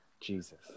Jesus